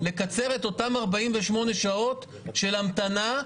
לצורך לקצר את אותן 48 שעות של המתנה,